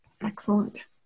Excellent